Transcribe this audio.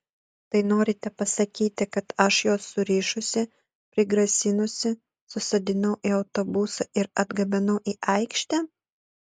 tai norite pasakyti kad aš juos surišusi prigrasinusi susodinau į autobusą ir atgabenau į aikštę